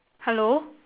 hello